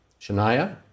Shania